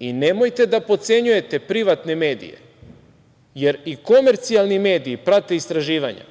Nemojte da potcenjujete privatne medije, jer i komercijalni mediji prate istraživanja.